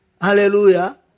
Hallelujah